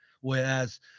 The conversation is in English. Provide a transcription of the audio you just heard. whereas